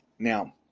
Now